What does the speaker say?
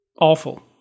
awful